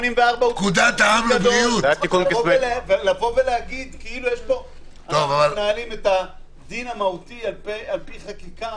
לומר כאילו אנו מנהלים את הדין המהותי על-פי חקיקה